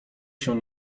się